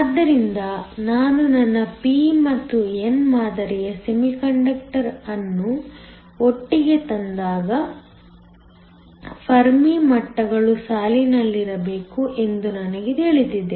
ಆದ್ದರಿಂದ ನಾನು ನನ್ನ p ಮತ್ತು n ಮಾದರಿಯ ಸೆಮಿಕಂಡಕ್ಟರ್ ಅನ್ನು ಒಟ್ಟಿಗೆ ತಂದಾಗ ಫರ್ಮಿ ಮಟ್ಟಗಳು ಸಾಲಿನಲ್ಲಿರಬೇಕು ಎಂದು ನನಗೆ ತಿಳಿದಿದೆ